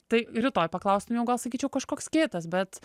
tai rytoj paklaustum jau gal sakyčiau kažkoks kitas bet